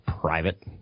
private